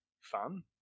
fun